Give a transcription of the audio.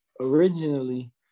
originally